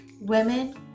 women